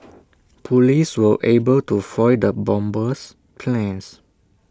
Police were able to foil the bomber's plans